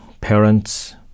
parents